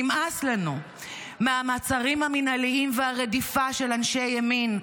נמאס לנו מהמעצרים המינהליים והרדיפה של אנשי ימין,